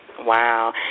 Wow